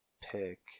pick